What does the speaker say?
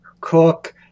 Cook